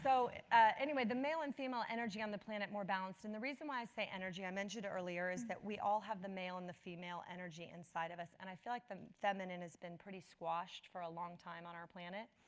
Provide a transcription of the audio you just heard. so anyway, the male and female energy on the planet more balanced. and the reason i say energy, i mentioned earlier is that we all have the male and the female energy inside of us. and i feel like the feminine has been pretty squashed for long time on our planet.